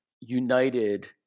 united